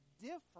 different